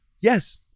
yes